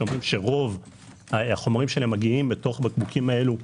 שאומרים שרוב החומרים שלהם מגיעים בתוך בקבוקים כאלה ממהילה,